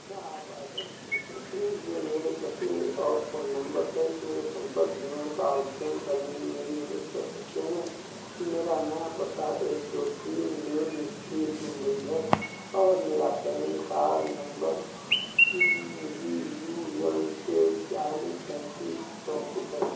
क्या आप आयकर उद्देश्यों के लिए मेरे पते और फ़ोन नम्बर सहित मेरे सम्पर्क विवरण का अद्यतन करने में मेरी मदद कर सकते हैं मेरा नया पता एक दो तीन मेन इस्ट्रीट मुम्बई है और मेरा PAN card number V U M K चालीस सैँतीस चौँतीस है